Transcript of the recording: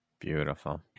Beautiful